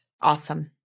Awesome